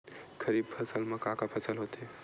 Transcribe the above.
खरीफ फसल मा का का फसल होथे?